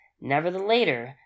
Nevertheless